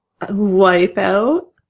Wipeout